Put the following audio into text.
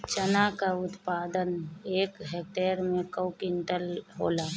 चना क उत्पादन एक हेक्टेयर में कव क्विंटल होला?